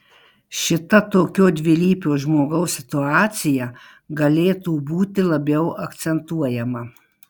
šita tokio dvilypio žmogaus situacija galėtų būti labiau akcentuojama